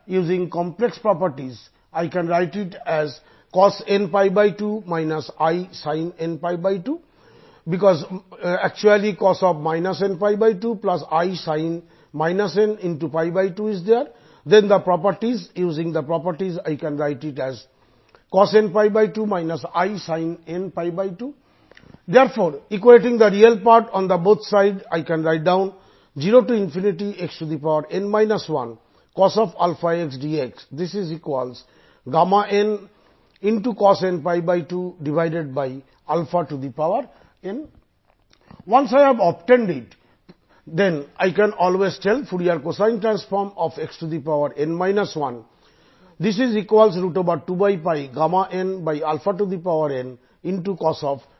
∴Fcx12 12 12 12cos 4 Fc1x2 121 எனவே 1xஎன்பது Fourier cosine டிரான்ஸ்ஃபார்மை ஆகும்